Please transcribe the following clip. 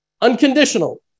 Unconditional